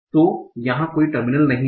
तो यहा कोई टर्मिनल नहीं है